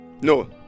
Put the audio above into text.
No